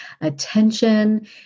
attention